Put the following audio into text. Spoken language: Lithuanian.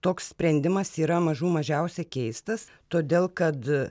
toks sprendimas yra mažų mažiausiai keistas todėl kad